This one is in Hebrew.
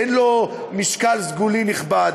אין לו משקל סגולי נכבד.